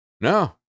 No